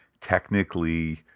technically